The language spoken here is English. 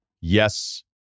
Yes